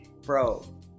Bro